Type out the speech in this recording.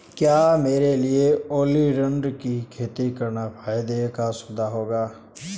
क्या मेरे लिए ओलियंडर की खेती करना फायदे का सौदा होगा?